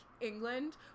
England